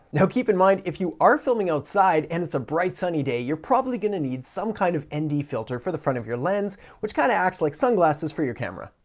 now keep in mind if you are filming outside and it's a bright sunny day, you're probably gonna need some kind of nd and filter for the front of your lens, which kinda acts like sunglasses for your camera.